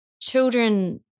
children